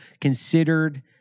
considered